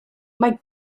mae